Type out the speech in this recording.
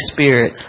Spirit